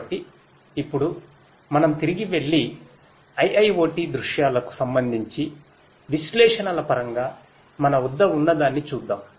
కాబట్టి ఇప్పుడు మనం తిరిగి వెళ్లి IIoTదృశ్యాలకుసంబంధించి విశ్లేషణల పరంగా మన వద్ద ఉన్నదాన్ని చూద్దాం